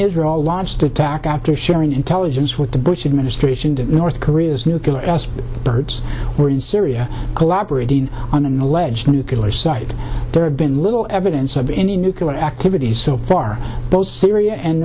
israel launched attack after sharing intelligence with the bush administration to north korea's nuclear birds were in syria collaborating on an alleged nuclear site there had been little evidence of any nuclear activities so far both syria and